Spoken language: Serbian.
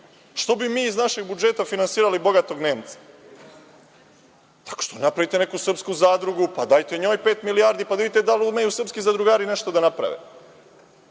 Što bi mi iz našeg budžeta finansirali bogatog Nemca? Što ne napravite neku srpsku zadrugu, pa dajte njoj pet milijardi, pa da vidite da li umeju srpski zadrugari nešto da naprave. Dakle,